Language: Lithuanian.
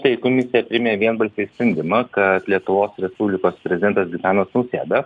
taip komisija priėmė vienbalsiai sprendimą kad lietuvos respublikos prezidentas gitanas nausėda